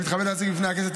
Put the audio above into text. אני מתכבד להציג בפני הכנסת,